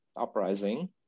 uprising